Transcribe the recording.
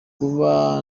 kuba